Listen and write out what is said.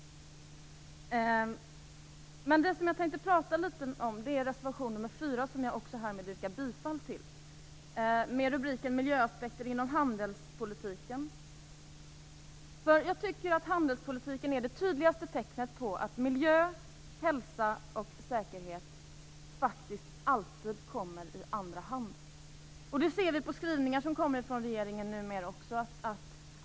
Men det som jag tänkte prata litet om är reservation 4, som jag också härmed yrkar bifall till. Den har rubriken Miljöaspekter inom handelspolitiken. Jag tycker att handelspolitiken är det tydligaste tecknet på att miljö, hälsa och säkerhet faktiskt alltid kommer i andra hand. Det ser vi numera också på skrivningar som kommer från regeringen.